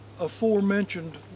aforementioned